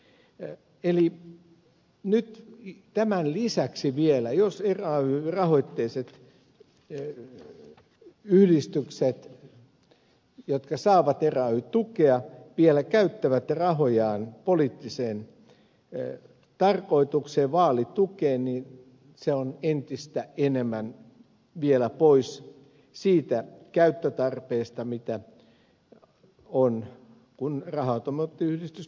eli jos nyt vielä tämän lisäksi ray rahoitteiset yhdistykset jotka saavat ray tukea vielä käyttävät rahojaan poliittiseen tarkoitukseen vaalitukeen niin se on vielä entistä enemmän pois siitä käyttötarpeesta mikä on kun raha automaattiyhdistys perustettiin määritelty